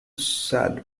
said